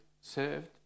served